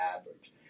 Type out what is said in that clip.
average